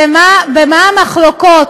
ומה המחלוקות?